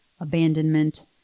abandonment